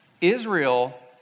Israel